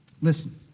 Listen